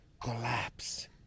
collapse